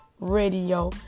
Radio